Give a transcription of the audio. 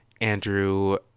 Andrew